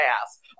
ass